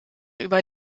über